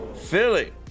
Philly